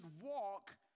walk